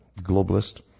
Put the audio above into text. globalist